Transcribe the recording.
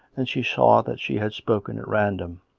and she saw that she had spoken at random.